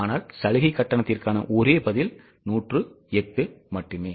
ஆனால் சலுகை கட்டணத்திற்கான ஒரே பதில் 108 மட்டுமே